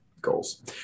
goals